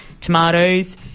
tomatoes